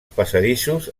passadissos